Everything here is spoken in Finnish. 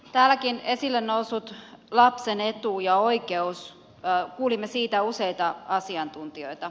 täälläkin on esille noussut lapsen etu ja oikeus ja kuulimme siitä useita asiantuntijoita